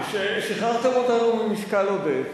שחררתם אותנו ממשקל עודף.